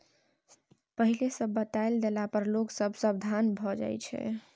पहिले सँ बताए देला पर लोग सब सबधान भए जाइ छै